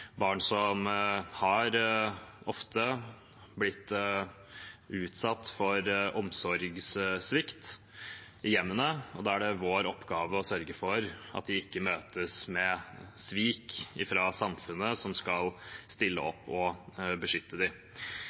barn som ofte har blitt utsatt for omsorgssvikt i hjemmet. Da er det vår oppgave å sørge for at de ikke møtes med svik fra samfunnet, som skal stille opp og beskytte